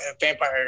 vampire